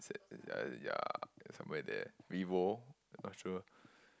it's at yeah somewhere there Vivo not sure